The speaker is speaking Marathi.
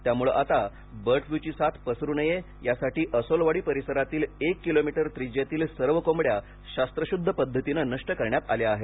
त्यामुळे आता बर्ड फ्लूची साथ पसरू नये यासाठी असोलवाडी परिसरातील एक किलोमीटर त्रिज्येतील सर्व कोंबड्या शास्त्र शुद्ध पद्धतीनं नष्ट करण्यात आल्या आहेत